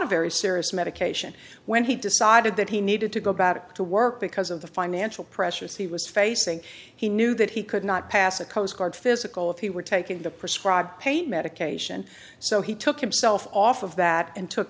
of very serious medication when he decided that he needed to go back to work because of the financial pressures he was facing he knew that he could not pass a coast guard physical if he were taking the prescribed pain medication so he took himself off of that and took